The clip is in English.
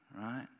right